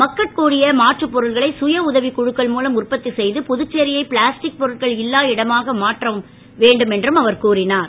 மட்கக் கூடிய மாற்றுப் பொருட்களை சுயஉதவிக் குழுக்கள் மூலம் உற்பத்தி செய்து புதுச்சேரி பினாஸ்டிக் பொருட்கள் இல்லா இடமாக மாற்றப்படும் என்றும் கூறினார்